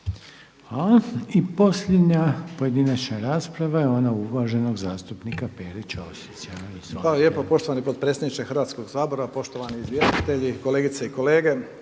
I posljednja pojedinačna rasprava je ona uvaženog zastupnika Pere Ćosića. Izvolite. **Ćosić, Pero (HDZ)** Hvala lijepo poštovani potpredsjedniče Hrvatskog sabora, poštovani izvjestitelji, kolegice i kolege.